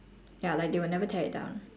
ya like they will never tear it down